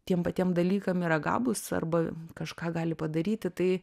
tiem patiem dalykam yra gabūs arba kažką gali padaryti tai